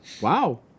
Wow